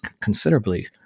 considerably